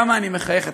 כמה אני מחייך.